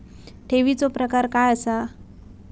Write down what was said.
ठेवीचो प्रकार काय असा?